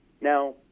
Now